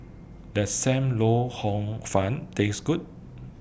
Does SAM Lau Hor Fun Taste Good